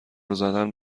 زدن